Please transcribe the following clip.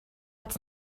it’s